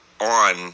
on